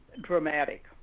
dramatic